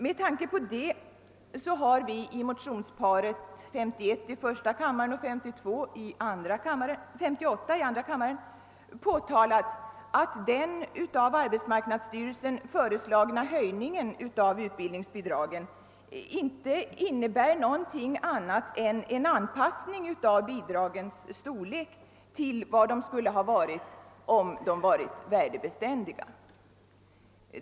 Med tanke på detta har vi i motionsparet 51 i första kammaren och 58 i andra kammaren påtalat, att den av arbetsmarknadsstyrelsen föreslagna höj ningen av utbildningsbidragen inte innebär någonting annat än en anpassning av bidragens storlek till vad de skulle ha varit, om de varit värdebeständiga.